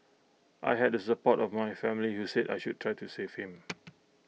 I had support of my family you said I should try to save him